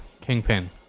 Kingpin